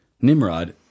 Nimrod